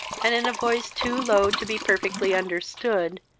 and, in a voice too low to be perfectly understood,